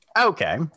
Okay